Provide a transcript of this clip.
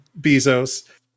Bezos